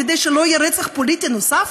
כדי שלא יהיה רצח פוליטי נוסף?